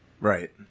Right